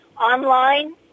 online